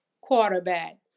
quarterback